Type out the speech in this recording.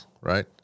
right